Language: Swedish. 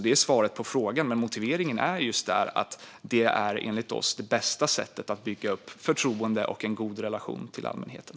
Det är svaret på frågan, och motiveringen är att det enligt oss är det bästa sättet att bygga upp förtroende och en god relation till allmänheten.